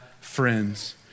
friends